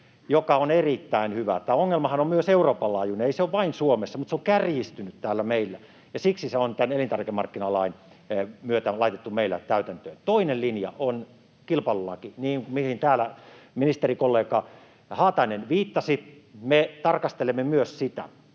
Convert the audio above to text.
joka on erittäin hyvä. Tämä ongelmahan on myös Euroopan laajuinen, ei se ole vain Suomessa, mutta se on kärjistynyt täällä meillä, ja siksi se on tämän elintarvikemarkkinalain myötä laitettu meillä täytäntöön. Toinen linja on kilpailulaki, mihin täällä ministerikollega Haatainen viittasi. Me tarkastelemme myös sitä.